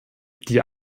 die